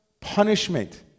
punishment